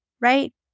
right